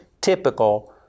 TYPICAL